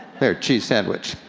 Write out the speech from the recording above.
there, cheese sandwich.